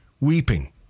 weeping